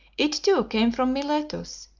it, too, came from miletus,